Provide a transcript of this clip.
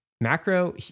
macro